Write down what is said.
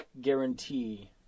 guarantee